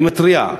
אני מתריע,